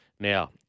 Now